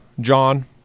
John